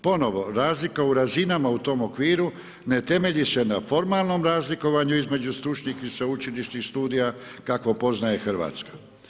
Ponovno, razlika u razinama u tom okviru ne temelji se na formalnom razlikovanju između stručnih i sveučilišnih studija kako poznaje Hrvatska.